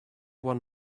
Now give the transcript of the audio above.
one